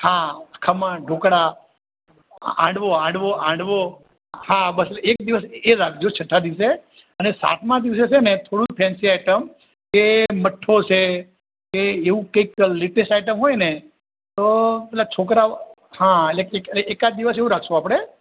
હા ખમણ ઢોકળાં હાંડવો હાંડવો હાંડવો હા બસ એટલે એક દિવસ એ રાખજો છઠ્ઠા દિવસે અને સાતમા દિવસે છે ને થોડું ફેન્સી આઈટમ કે મઠ્ઠો છે કે એવું કંઈક લેટેસ્ટ આઈટમ હોય ને તો પેલા છોકરાઓ હા એટલે એકાદ દિવસ એવું રાખીશું આપણે